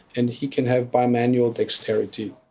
and he can have bimanual dexterity.